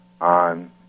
on